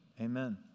Amen